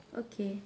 okay